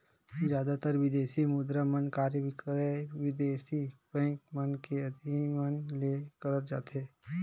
जादातर बिदेसी मुद्रा मन क्रय बिक्रय बिदेसी बेंक मन के अधिमन ले करत जाथे